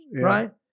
right